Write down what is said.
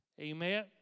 Amen